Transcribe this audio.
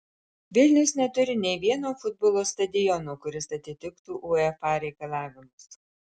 vilnius neturi nei vieno futbolo stadiono kuris atitiktų uefa reikalavimus